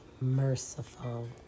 merciful